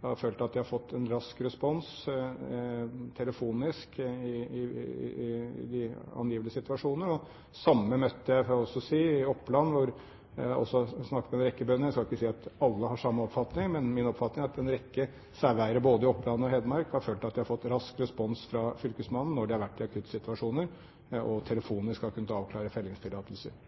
De har følt at de har fått rask respons, telefonisk, i de angivelige situasjoner. Det samme får jeg si at jeg også møtte i Oppland, hvor jeg også snakket med en rekke bønder. Jeg skal ikke si at alle har samme oppfatning, men min oppfatning er at en rekke saueeiere både i Oppland og Hedmark har følt at de har fått rask respons fra fylkesmannen når de har vært i akuttsituasjoner, og telefonisk har kunnet avklare fellingstillatelser.